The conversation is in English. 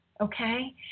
Okay